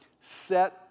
Set